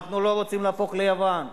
אנחנו לא רוצים להפוך ליוון.